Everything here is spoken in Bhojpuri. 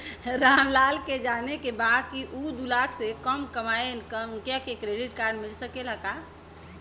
राम लाल के जाने के बा की ऊ दूलाख से कम कमायेन उनका के क्रेडिट कार्ड मिल सके ला?